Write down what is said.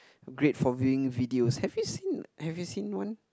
great for viewing videos have you seen have you seen one